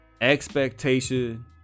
expectation